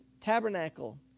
tabernacle